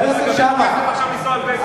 עכשיו לנסוע על וספה.